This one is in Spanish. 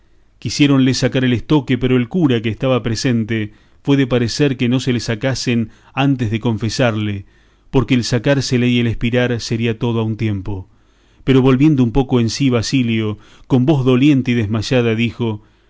espirado quisiéronle sacar el estoque pero el cura que estaba presente fue de parecer que no se le sacasen antes de confesarle porque el sacársele y el espirar sería todo a un tiempo pero volviendo un poco en sí basilio con voz doliente y desmayada dijo